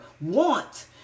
want